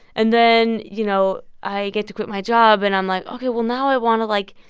and then, you know, i get to quit my job, and i'm like, ok, well, now i want to, like,